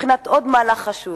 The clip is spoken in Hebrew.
היא בבחינת עוד מהלך חשוב,